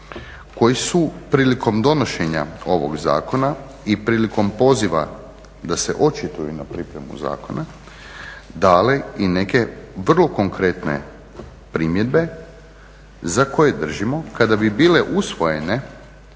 koji su prilikom donošenja ovog zakona i prilikom poziva da se očituju na pripremu zakona dale i neke vrlo konkretne primjedbe za koje držimo kada bi bile usvojene